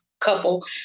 couple